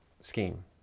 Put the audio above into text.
scheme